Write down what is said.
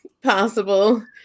Possible